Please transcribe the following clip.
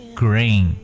green